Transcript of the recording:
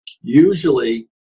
Usually